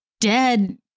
dead